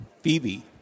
Phoebe